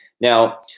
Now